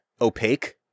opaque